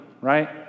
right